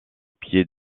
pied